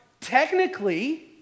technically